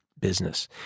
business